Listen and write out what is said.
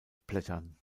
blättern